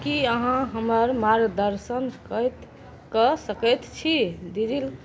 की अहाँ हमर मार्गदर्शन कऽ सकैत छी डिजि